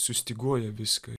sustyguoja viską